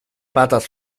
patas